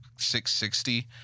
660